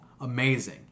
amazing